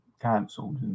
cancelled